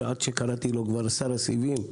קראתי לשר התקשורת שר הסיבים.